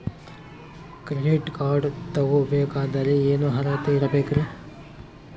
Credit card ತೊಗೋ ಬೇಕಾದರೆ ಏನು ಅರ್ಹತೆ ಇರಬೇಕ್ರಿ?